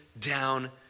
down